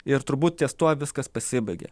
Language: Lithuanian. ir turbūt ties tuo viskas pasibaigė